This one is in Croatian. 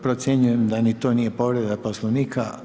Procjenjujem da ni to nije povreda poslovnika.